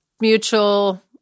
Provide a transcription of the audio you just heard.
mutual